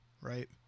right